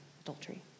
adultery